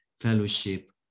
fellowship